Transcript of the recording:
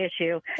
issue